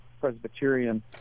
Presbyterian